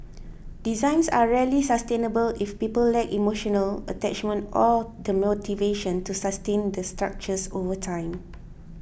designs are rarely sustainable if people lack emotional attachment or the motivation to sustain the structures over time